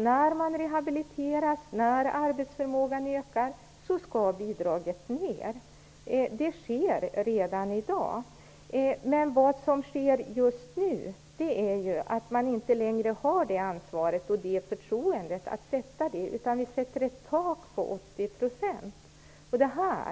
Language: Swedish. När man rehabiliteras och arbetsförmågan ökar skall bidraget minskas. Det sker redan i dag. Det ansvaret och förtroendet kommer nu inte längre att finnas kvar, utan vi sätter ett tak på 80 %. Detta